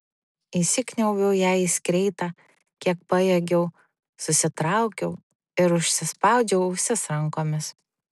įsikniaubiau jai į skreitą kiek pajėgiau susitraukiau ir užsispaudžiau ausis rankomis